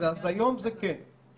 ביקשתי לקבוע את המספר 200,